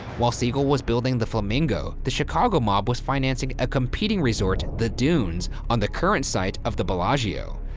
while siegel was building the flamingo, the chicago mob was financing a competing resort, the dunes, on the current site of the bellagio.